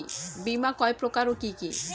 বীমা কয় প্রকার কি কি?